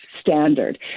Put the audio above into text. standard